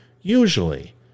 usually